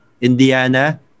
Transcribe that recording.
Indiana